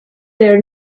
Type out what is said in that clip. their